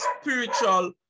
spiritual